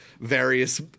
various